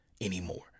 anymore